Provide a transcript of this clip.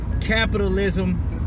Capitalism